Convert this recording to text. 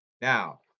Now